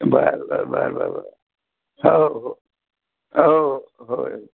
बरं बरं बरं बरं बरं हो हो हो हो हो